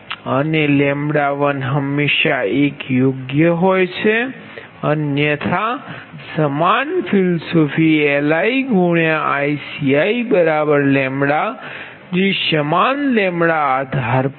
અને L1 હંમેશાં 1 હોય છે અને અન્યથા સમાન ફિલસૂફી LiICi λ જે સમાન આધાર છે